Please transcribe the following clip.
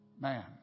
Man